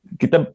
kita